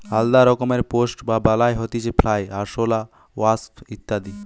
আলদা রকমের পেস্ট বা বালাই হতিছে ফ্লাই, আরশোলা, ওয়াস্প ইত্যাদি